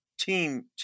team